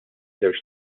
żewġ